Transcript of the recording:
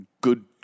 good